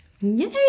Yay